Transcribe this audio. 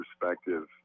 perspective